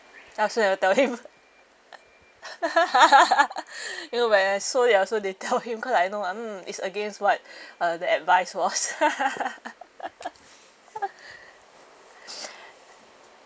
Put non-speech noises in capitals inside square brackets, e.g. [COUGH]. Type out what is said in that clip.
I also never tell him [LAUGHS] [BREATH] you know when I sold I also didn't tell him cause I know ah hmm it's against what [BREATH] uh the advice was [LAUGHS]